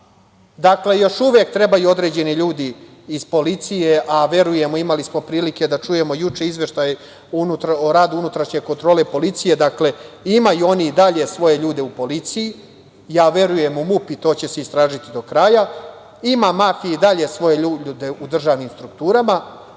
mafije. Još uvek trebaju određeni ljudi iz policije, a verujem i imali smo prilike da čujemo juče izveštaj o radu unutrašnje kontrole policije… Imaju oni i dalje svoje ljude u policiji. Ja verujem u MUP i to će se istražiti do kraja. Ima mafija i dalje svoje ljude u državnim strukturama.